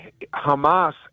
Hamas